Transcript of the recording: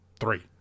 three